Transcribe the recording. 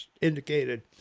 indicated